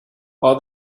are